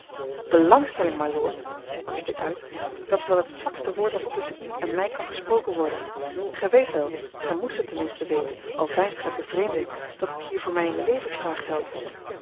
belangstelling mylord barstte ik uit dat is wel het zwakste woord dat er tusschen u en mij kan gesproken worden gij weet wel gij moest het ten minste weten al veinst gij bevreemding dat het hier voor mij eene levensvraag geldt